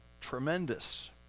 tremendous